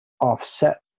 offset